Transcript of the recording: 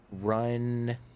run